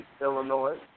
Illinois